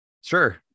sure